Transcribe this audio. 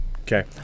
Okay